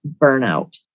burnout